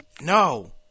No